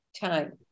time